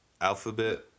alphabet